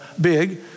big